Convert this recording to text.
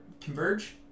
converge